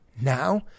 now